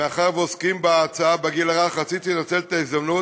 מאחר שאנחנו עוסקים בהצעה על הגיל הרך רציתי לנצל את ההזדמנות.